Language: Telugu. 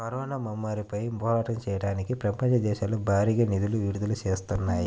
కరోనా మహమ్మారిపై పోరాటం చెయ్యడానికి ప్రపంచ దేశాలు భారీగా నిధులను విడుదల చేత్తన్నాయి